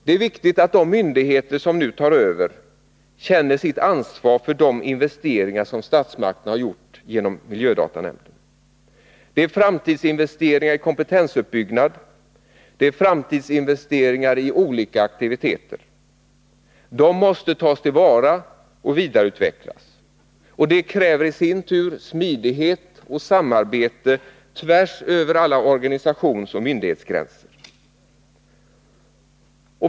Det är viktigt att de myndigheter som nu tar över känner sitt ansvar för de investeringar som statsmakterna har gjort genom miljödatanämnden. Det är framtidsinvesteringar i kompetensuppbyggnad, det är framtidsinvesteringar i olika aktiviteter. De måste tas till vara och vidareutvecklas. Det kräver i sin tur smidighet och samarbete tvärs över alla organisationsoch myndighetsgränser.